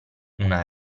una